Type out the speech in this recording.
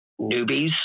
newbies